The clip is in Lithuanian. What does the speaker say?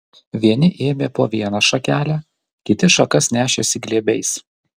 vieni ėmė po vieną šakelę kiti šakas nešėsi glėbiais